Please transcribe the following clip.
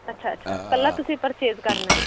ਅੱਛਾ ਅੱਛਾ ਪਹਿਲਾਂ ਤੁਸੀਂ ਪਰਚੇਸ ਕਰਨਾ